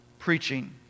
preaching